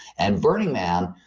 and burning man,